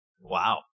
wow